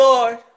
Lord